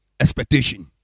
expectation